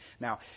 Now